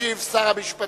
ישיב שר המשפטים,